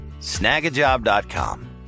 Snagajob.com